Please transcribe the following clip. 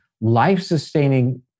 life-sustaining